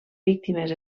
víctimes